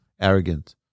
arrogant